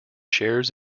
shares